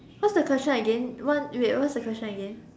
what's the question again one wait what's the question again